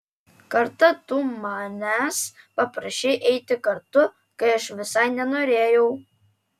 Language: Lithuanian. kartą tu manęs paprašei eiti kartu kai aš visai nenorėjau